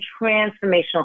transformational